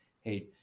hey